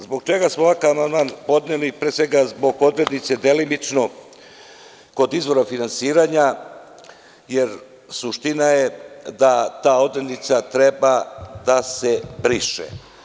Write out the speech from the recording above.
Zbog čega smo ovakav amandman podneli, pre svega zbog odrednice, delimično kod izvora finansiranja, jer suština je da ta odrednica treba da se briše.